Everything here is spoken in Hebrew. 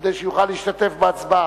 כדי שיוכל להשתתף בהצבעה.